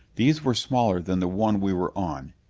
these were smaller than the one we were on,